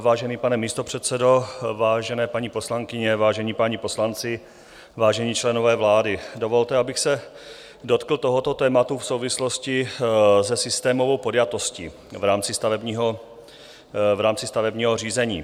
Vážený pane místopředsedo, vážené paní poslankyně, vážení páni poslanci, vážení členové vlády, dovolte, abych se dotkl tohoto tématu v souvislosti se systémovou podjatostí v rámci stavebního řízení.